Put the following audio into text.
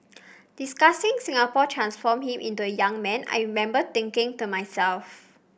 discussing Singapore transformed him into a young man I remember thinking to myself